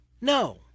No